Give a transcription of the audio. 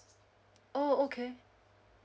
oh okay